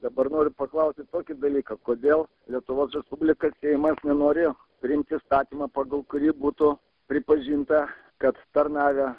dabar noriu paklausti tokį dalyką kodėl lietuvos respublikas seimas nenori priimti įstatymą pagal kurį būtų pripažinta kad tarnavę